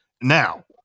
Now